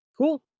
cool